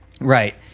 Right